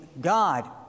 God